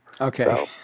Okay